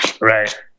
Right